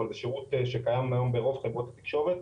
אבל זה שירות שקיים היום ברוב חברות התקשורת,